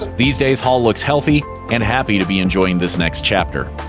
these days, hall looks healthy and happy to be enjoying this next chapter.